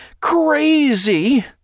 Crazy